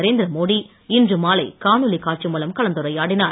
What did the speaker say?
நரேந்திரமோடி இன்று மாலை காணொளி காட்சி மூலம் கலந்துரையாடினார்